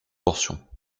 portion